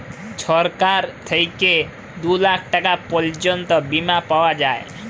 ছরকার থ্যাইকে দু লাখ টাকা পর্যল্ত বীমা পাউয়া যায়